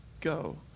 go